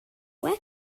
where